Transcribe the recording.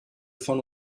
von